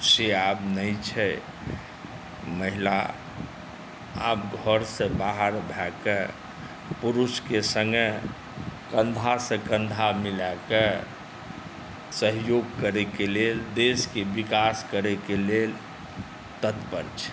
से आब नहि छै महिला आब घरसे बाहर भै कऽ पुरुषके सङ्गे कन्धासे कन्धा मिलाकै सहयोग करयक लेल देशक विकास करयक लेल तत्पर छै